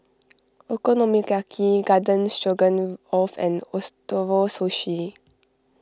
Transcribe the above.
Okonomiyaki Garden Stroganoff and Ootoro Sushi